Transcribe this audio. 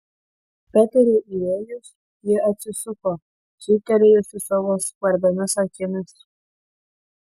peteriui įėjus ji atsisuko žybtelėjusi savo skvarbiomis akimis